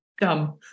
dumb